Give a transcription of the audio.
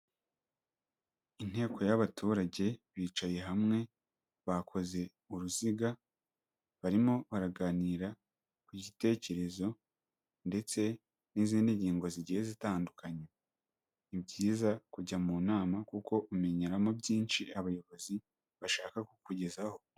Inteko y'abaturage bicaye hamwe bakoze uruziga, barimo baraganira ku gitekerezo ndetse n'izindi ngingo zigiye zitandukanye, ni byiza kujya mu nama kuko umenyeramo byinshi abayobozi bashaka kukugezaho.